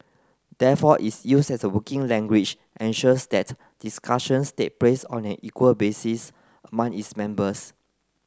therefore its use as a working language ensures that discussions take place on an equal basis among its members